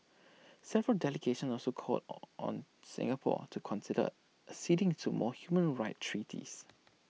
several delegations also called on Singapore to consider acceding to more human rights treaties